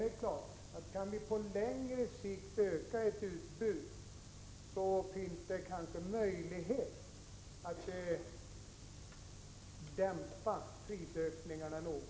Det är klart att om vi på längre sikt kan få ett ökat utbud, då finns det kanske en möjlighet att dämpa prisökningarna något.